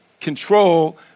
control